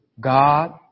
God